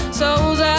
soul's